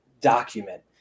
document